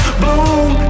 bloom